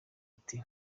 ati